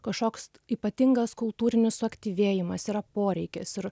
kažkoks ypatingas kultūrinis suaktyvėjimas yra poreikis ir